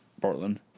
Portland